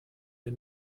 wir